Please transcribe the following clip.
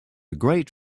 great